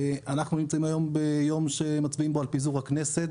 אנחנו נמצאים היום ביום שמצביעים בו על פיזור הכנסת.